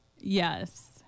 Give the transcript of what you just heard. Yes